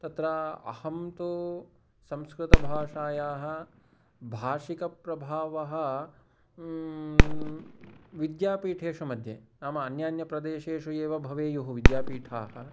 तत्र अहं तु संस्कृतभाषायाः भाषिकप्रभावः विद्यापीठेषु मध्ये नाम अन्यान्यप्रदेशेषु एव भवेयुः विद्यापीठाः